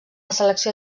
selecció